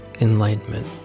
enlightenment